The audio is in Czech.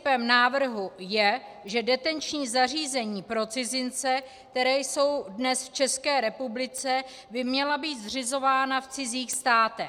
Principem návrhu je, že detenční zařízení pro cizince, která jsou dnes v České republice, by měla být zřizována v cizích státech.